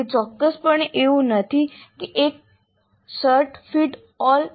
તે ચોક્કસપણે એવું નથી કે એક શર્ટ ફિટ ઓલ